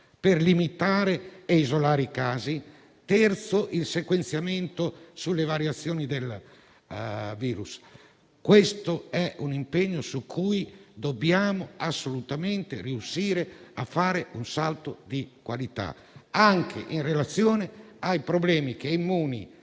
per limitare e isolare i casi; sequenziamento sulle variazioni del virus. Questo è un impegno su cui dobbiamo assolutamente riuscire a fare un salto di qualità anche in relazione ai problemi che Immuni